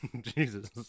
Jesus